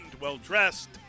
well-dressed